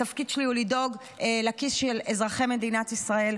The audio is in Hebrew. התפקיד שלי הוא לדאוג לכיס של אזרחי מדינת ישראל,